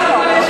הגירעון ירד,